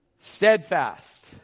Steadfast